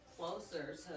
closer